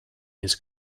his